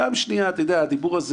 פעם שנייה, הדיבור הזה